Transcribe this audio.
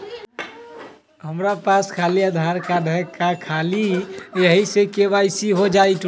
हमरा पास खाली आधार कार्ड है, का ख़ाली यही से के.वाई.सी हो जाइ?